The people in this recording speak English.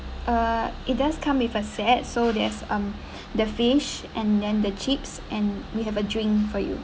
uh it does come with a set so there's um the fish and then the chips and we have a drink for you